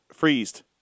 freezed